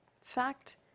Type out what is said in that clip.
fact